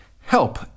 help